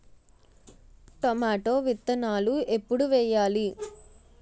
Tomato విత్తనాలు ఎప్పుడు వెయ్యాలి?